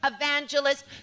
evangelist